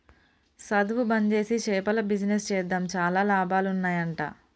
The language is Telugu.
సధువు బంజేసి చేపల బిజినెస్ చేద్దాం చాలా లాభాలు ఉన్నాయ్ అంట